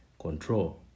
control